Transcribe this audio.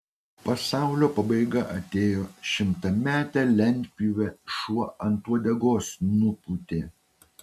pasaulio pabaiga atėjo šimtametę lentpjūvę šuo ant uodegos nupūtė